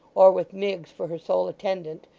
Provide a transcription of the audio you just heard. or with miggs for her sole attendant,